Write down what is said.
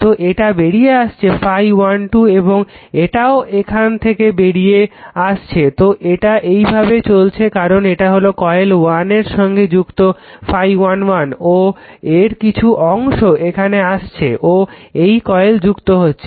তো এটা বেরিয়ে আসছে ∅1 2 এবং এটাও এখান থেকে বেরিয়ে আসছে তো এটা এইভাবে চলছে কারণ এটা কয়েল 1 এর সঙ্গে যুক্ত ∅1 1 ও এর কিছু অংশ এখানে আসছে ও এই কয়েলে যুক্ত হচ্ছে